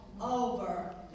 over